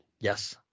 Yes